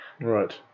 Right